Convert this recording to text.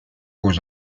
aux